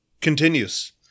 continues